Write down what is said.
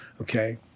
okay